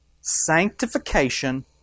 Sanctification